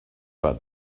but